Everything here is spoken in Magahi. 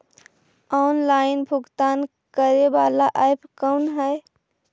ऑनलाइन भुगतान करे बाला ऐप कौन है?